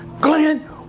Glenn